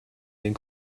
den